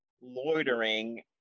loitering